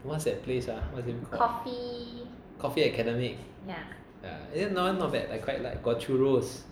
what's that place ah what's it called coffee academic yeah eh not bad I quite like got churros